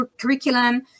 curriculum